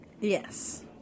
Yes